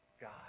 God